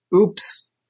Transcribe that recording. Oops